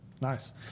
Nice